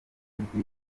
amajwi